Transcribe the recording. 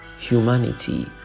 humanity